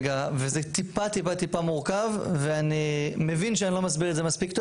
וזה טיפה טיפה מורכב ואני מבין שאני לא מסביר את זה טוב,